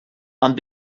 and